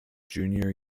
junior